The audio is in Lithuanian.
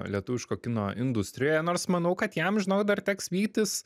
lietuviško kino industrijoje nors manau kad jam žinok dar teks vytis